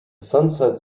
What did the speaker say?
sunset